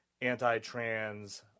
anti-trans